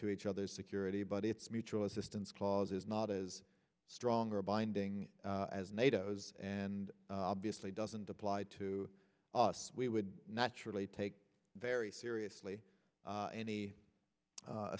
to each other's security but its mutual assistance clause is not as strong or binding as nato is and obviously doesn't apply to us we would naturally take very seriously any